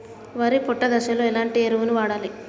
వరి పొట్ట దశలో ఎలాంటి ఎరువును వాడాలి?